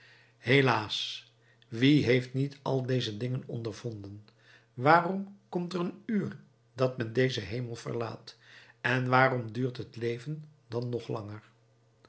helaas wie heeft niet al deze dingen ondervonden waarom komt er een uur dat men dezen hemel verlaat en waarom duurt het leven dan nog langer